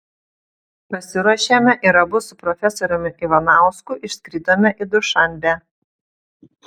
pasiruošėme ir abu su profesoriumi ivanausku išskridome į dušanbę